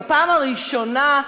בפעם הראשונה,